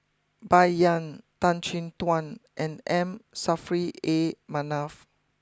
Bai Yan Tan Chin Tuan and M Saffri A Manaf